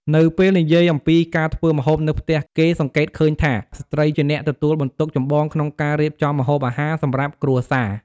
នៅពេលនិយាយអំពីការធ្វើម្ហូបនៅផ្ទះ គេសង្កេតឃើញថា ស្ត្រីជាអ្នកទទួលបន្ទុកចម្បងក្នុងការរៀបចំម្ហូបអាហារ សម្រាប់គ្រួសារ។